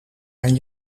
aan